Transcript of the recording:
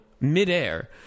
midair